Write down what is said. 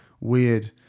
weird